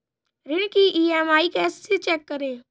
ऋण की ई.एम.आई कैसे चेक करें?